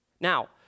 Now